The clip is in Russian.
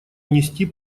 внести